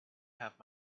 have